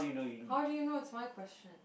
how do you know it's my question